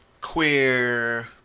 queer